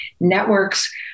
Networks